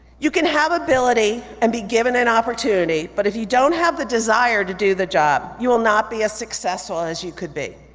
you can have ability and be given an opportunity, but if you don't have the desire to do the job, you will not be as successful as you could be.